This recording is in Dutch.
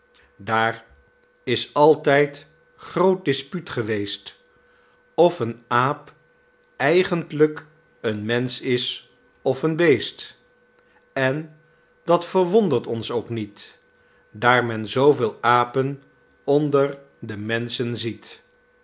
daar is altijd groot dispuut geweest of een aap eigentlijk een mensch is of een beest de schoolmeester de gedichten van den schoolmeester en dat verwondert ons ook niet daar men zooveel apen onder de menschen ziet